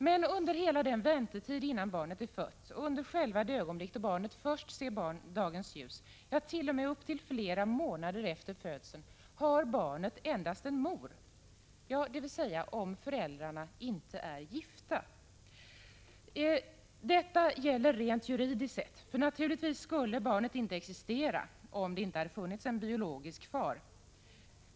Men under hela väntetiden innan barnet är fött, och under själva det ögonblick då barnet först ser dagens ljus, ja t.o.m. upp till flera månader efter födseln har barnet bara en mor, åtminstone i de fall där föräldrarna inte är gifta. Detta gäller enbart rent juridiskt sett, förstås, för biologiskt sett skulle ju barnet inte existera om det inte funnits en biologisk far.